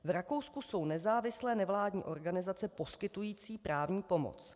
V Rakousku jsou nezávislé nevládní organizace poskytující právní pomoc.